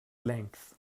length